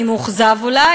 אני מאוכזב אולי,